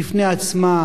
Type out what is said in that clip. וחזות הכול,